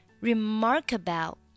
remarkable